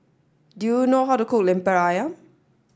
do you know how to cook Lemper Ayam